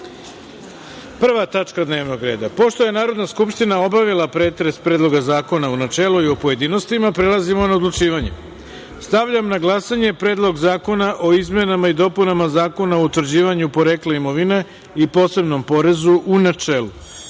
tačka dnevnog reda. Pošto je Narodna skupština obavila pretres Predloga zakona u načelu i u pojedinostima, prelazimo na odlučivanje. Stavljam na glasanje Predlog zakona o izmenama i dopunama Zakona o utvrđivanju porekla imovine i posebnom porezu, u načelu. Molim